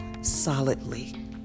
solidly